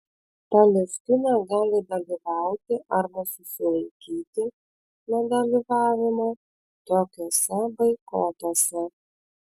palestina gali dalyvauti arba susilaikyti nuo dalyvavimo tokiuose boikotuose